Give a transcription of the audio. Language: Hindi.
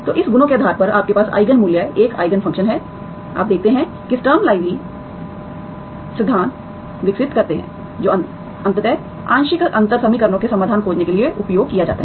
तो इस गुणों के आधार पर आपके पास आइगन मूल्य एक आईगन फ़ंक्शन है आप देखते हैं कि स्टर्म लुइविल आप स्टर्म लुइविल सिद्धांत विकसित करते हैं जो अंततः आंशिक अंतर समीकरणों के समाधान खोजने के लिए उपयोग किया जाता है